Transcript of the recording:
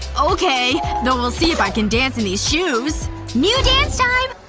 okay! though we'll see if i can dance in these shoes new dance time!